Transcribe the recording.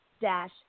dash